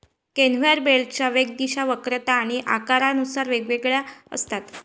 conveyor बेल्टच्या वेग, दिशा, वक्रता आणि आकारानुसार वेगवेगळ्या असतात